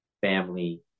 family